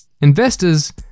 Investors